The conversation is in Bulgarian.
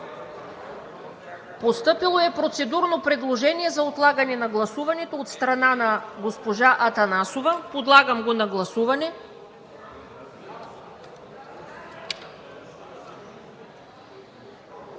Постъпило е процедурно предложение за отлагане на гласуването от страна на госпожа Атанасова. Подлагам го на гласуване.